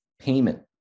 payment